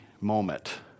moment